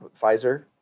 Pfizer